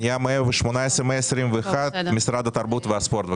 פנייה מספר 118 עד 121, משרד התרבות והספורט.